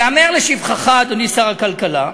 ייאמר לשבחך, אדוני שר הכלכלה,